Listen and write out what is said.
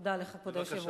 תודה לך, כבוד היושב-ראש.